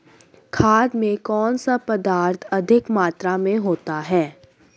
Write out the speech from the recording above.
खाद में कौन सा पदार्थ अधिक मात्रा में होता है?